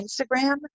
Instagram